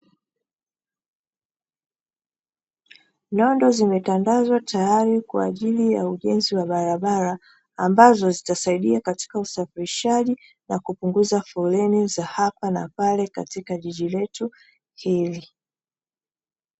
Nondo zimetandazwa tayari kwa ajili ya ujenzi wa barabara, ambazo zitasaidia katika usafirishaji na kupunguza foleni za hapa na pale katika jiji letu hili.